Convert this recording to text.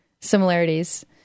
similarities